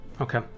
Okay